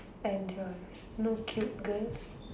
and just no cute girls